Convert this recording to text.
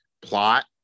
plot